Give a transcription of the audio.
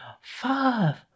Five